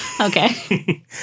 Okay